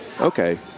Okay